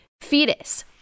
fetus